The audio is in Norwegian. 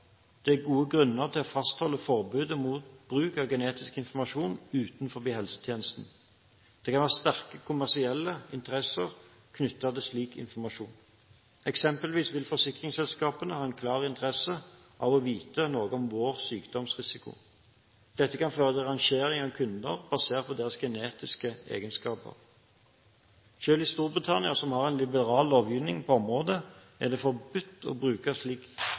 Det er gode grunner til å fastholde forbudet mot bruk av genetisk informasjon utenfor helsetjenesten. Det kan være sterke kommersielle interesser knyttet til slik informasjon, eksempelvis vil forsikringsselskapene ha en klar interesse av å vite noe om vår sykdomsrisiko, noe som kan føre til rangering av kunder basert på deres genetiske egenskaper. Selv i Storbritannia, som har en liberal lovgivning på området, er det forbudt å bruke